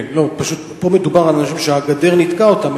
פה מדובר על אנשים שהגדר ניתקה אותם.